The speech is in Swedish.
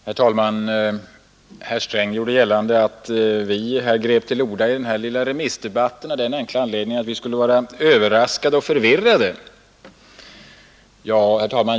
Herr talman! Herr Sträng gjorde gällande att vi tog till orda i den här lilla remissdebatten av den enkla anledningen att vi skulle vara överraskade och förvirrade.